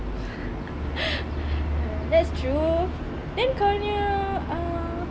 that's true then kau nya ah